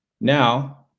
now